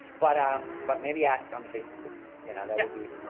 but, ah, but maybe ask on the facebook group, you know, that will be, ah